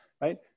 right